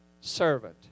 servant